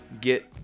Get